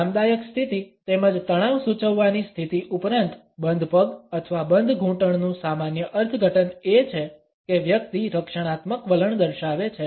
આરામદાયક સ્થિતિ તેમજ તણાવ સૂચવવાની સ્થિતિ ઉપરાંત બંધ પગ અથવા બંધ ઘૂંટણનું સામાન્ય અર્થઘટન એ છે કે વ્યક્તિ રક્ષણાત્મક વલણ દર્શાવે છે